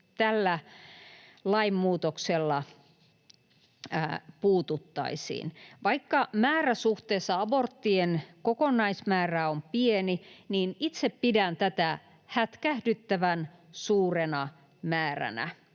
tällä lainmuutoksella puututtaisiin. Vaikka määrä suhteessa aborttien kokonaismäärään on pieni, niin itse pidän tätä hätkähdyttävän suurena määränä,